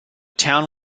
town